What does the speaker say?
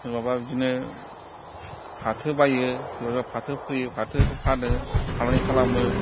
सोरबाबा बिदिनो फाथो बाइयो सोरबा बा फाथो फोयो फाथोखौ फानो फालांगि खालामो